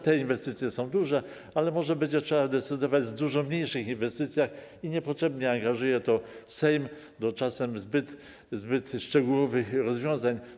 Te inwestycje są duże, ale może będzie trzeba decydować o dużo mniejszych inwestycjach i niepotrzebnie angażuje to Sejm do czasem zbyt szczegółowych rozwiązań.